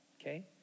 okay